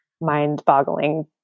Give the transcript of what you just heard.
mind-boggling